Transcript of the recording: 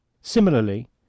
Similarly